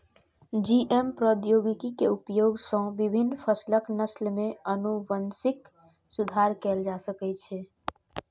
GM प्रौद्योगिकी के उपयोग सं विभिन्न फसलक नस्ल मे आनुवंशिक सुधार कैल जा सकै छै